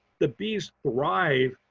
the bees thrive,